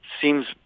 seems